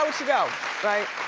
um should go right.